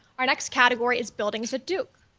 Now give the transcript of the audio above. our next category is buildings at duke.